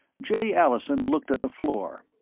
jay allison looked at the floor,